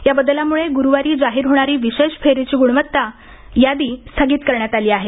या बदलामुळे ग्रुवारी जाहीर होणारी विशेष फेरीची ग्णवत्ता यादी स्थगित करण्यात आली आहे